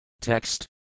Text